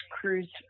cruise